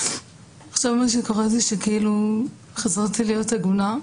ועכשיו מה שקרה זה שחזרתי להיות עגונה,